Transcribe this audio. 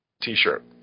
t-shirt